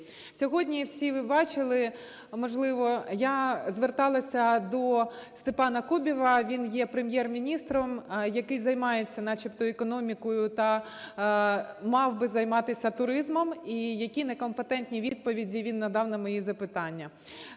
Сьогодні всі ви бачили, можливо, я зверталася до Степана Кубіва, він є Прем'єр-міністром, який займається начебто економікою та мав би займатися туризмом і які некомпетентні відповіді він надав на мої запитання.